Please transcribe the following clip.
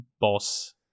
boss